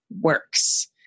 works